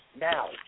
now